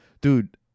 dude